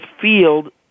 field